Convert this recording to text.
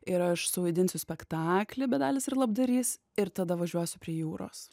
ir aš suvaidinsiu spektakly bedalis ir labdarys ir tada važiuosiu prie jūros